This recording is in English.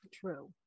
True